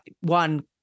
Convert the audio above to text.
one